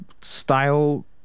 style